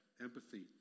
empathy